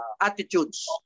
attitudes